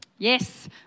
Yes